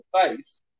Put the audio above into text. face